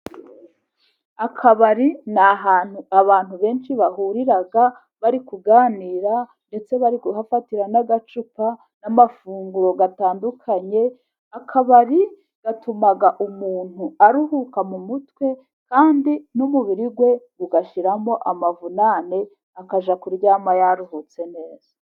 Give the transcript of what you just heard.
Akabari ni ahantu abantu benshi bahurira bari kuganira, ndetse bari kuhafatira n'agacupa, n'amafunguro atandukanye. Akabari gatuma umuntu aruhuka mu mutwe, kandi n'umubiri we ugashiramo amavunane, akajya kuryama yaruhutse neza.